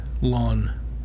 lawn